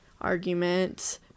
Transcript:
argument